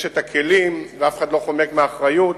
יש כלים ואף אחד לא חומק מאחריות,